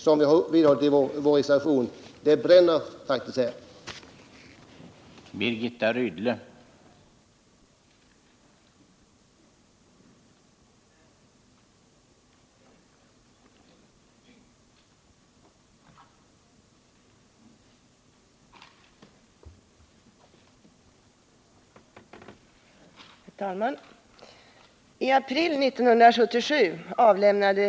Som vi antyder i vår reservation brinner det faktiskt i knutarna.